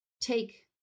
take